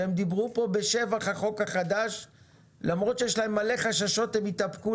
הם דיברו כאן בשבח החוק החדש למרות שיש להם מלא חששות אבל הם התאפקו